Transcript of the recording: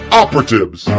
operatives